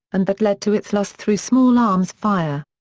and that led to its loss through small-arms fire.